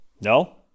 No